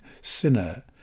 sinner